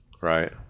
Right